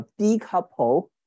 decouple